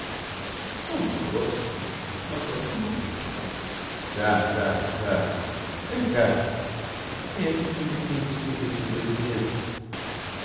como não gosto mas gosto muito tá tá tá vem cá que é que tu lhe tens feito nestes dous meses